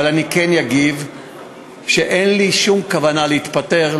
אבל אני כן אגיב שאין לי שום כוונה להתפטר,